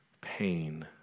pain